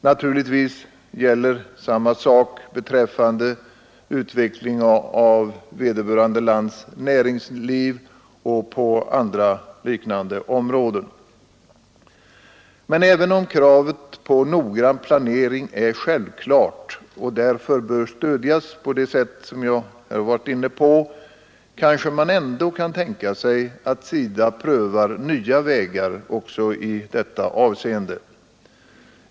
Naturligtvis gäller samma sak beträffande utveckling av vederbörande lands näringsliv och på andra liknande områden. Men även om kravet på noggrann planering är självklart och därför bör stödjas på det sätt jag varit inne på, kanske man ändå kan tänka sig att SIDA prövar nya vägar också i detta avseende.